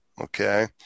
Okay